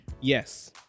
yes